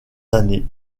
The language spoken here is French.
années